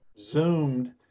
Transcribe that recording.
zoomed